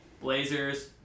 Blazers